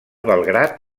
belgrad